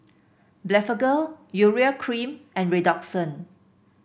Blephagel Urea Cream and Redoxon